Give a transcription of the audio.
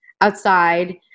outside